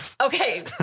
Okay